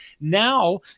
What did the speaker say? Now